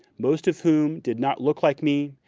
most of whom did not look like me,